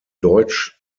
deutsch